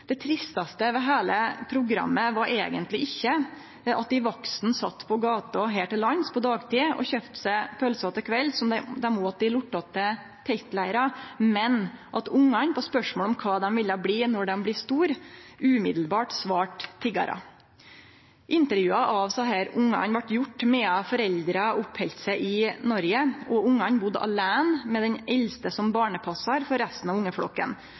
Det tristaste ved heile programmet var eigentleg ikkje at dei vaksne sat på gata her til lands på dagtid og kjøpte seg pølser til kveld som dei åt i lortete teltleirar, men at ungane på spørsmål om kva dei ville bli når dei blir store, med ein gong svarte «tiggarar». Intervjua av desse ungane vart gjort medan foreldra oppheldt seg i Noreg, og ungane budde aleine med den eldste som barnepassar for resten av ungeflokken.